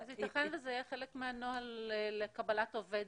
אז ייתכן זה יהיה חלק מהנוהל לקבלת עובד